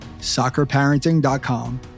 soccerparenting.com